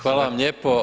Hvala vam lijepo.